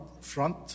front